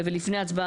ולפני ההצבעה,